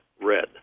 red